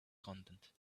content